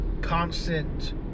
constant